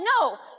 no